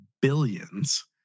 billions